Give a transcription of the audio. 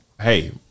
hey